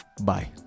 Bye